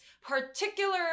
particular